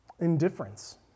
indifference